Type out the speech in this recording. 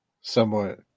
Somewhat